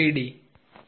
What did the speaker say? धन्यवाद